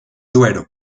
duero